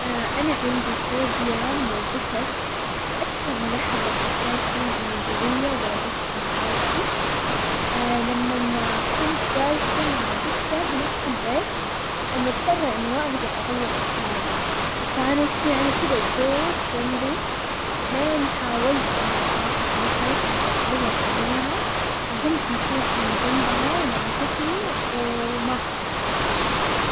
انا عندي فوبيا من البسس، باكثر لحظة حسيت فيها اني قوية وواجهت مخاوفي لمن كنت جالسة مع بسة بنفس البيت ومضطرة اني ما اقدر اغير مكاني، وكانت يعني كذا تجور جنبي لين حاولت انه اخد نفس واتعود عليها، وقمت مشيت من جنبها ولمستني وما خفت.